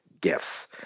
gifts